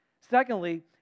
Secondly